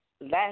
Last